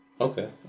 Okay